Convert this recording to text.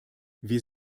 wir